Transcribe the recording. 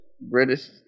British